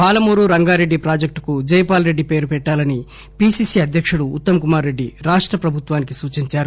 పాలమూరు రంగారెడ్డి ప్రాజెక్టుకు జైపాల్ రెడ్డి పేరు పెట్టాలని పిసిసి అధ్యక్షులు ఉత్తమ్ కుమార్ రెడ్డి రాష్ట ప్రభుత్వానికి సూచించారు